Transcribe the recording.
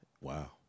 Wow